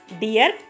Dear